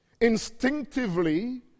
instinctively